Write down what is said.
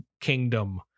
kingdom